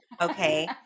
okay